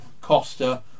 Costa